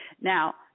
Now